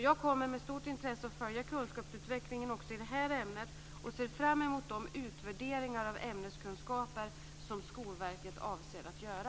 Jag kommer att följa kunskapsutvecklingen med stort intresse också i det här ämnet och jag ser fram mot de utvärderingar av ämneskunskaper som Skolverket avser att göra.